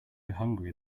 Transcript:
hungry